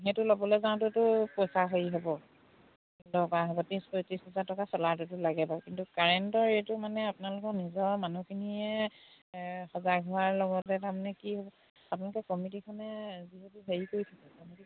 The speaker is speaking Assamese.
সেইটো ল'বলৈ যাওঁতেওটো পইচা হেৰি হ'ব দৰকাৰ হ'ব ত্ৰিছ পয়ত্ৰিছ হাজাৰ টকা চলাটোতো লাগে বাৰু কিন্তু কাৰেণ্টৰ এইটো মানে আপোনালোকৰ নিজৰ মানুহখিনিয়ে সজাগ হোৱাৰ লগতে তাৰমানে কি হ'ব আপোনালোকে কমিটিখনে যিহেতু হেৰি কৰি